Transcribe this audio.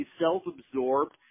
self-absorbed